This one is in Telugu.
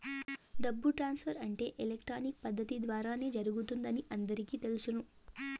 డబ్బు ట్రాన్స్ఫర్ అంటే ఎలక్ట్రానిక్ పద్దతి ద్వారానే జరుగుతుందని అందరికీ తెలుసును